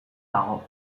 dago